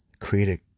Create